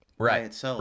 Right